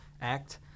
Act